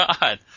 God